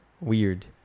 Weird